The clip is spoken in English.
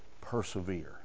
persevere